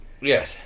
Yes